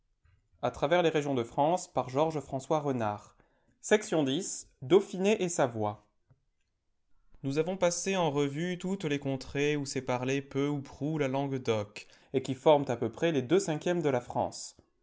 dauphiné et savoie nous avons passé en revue toutes les contrées où s'est parlée peu ou prou la langue d'oc et qui forment à peu près les deux cinquièmes de la france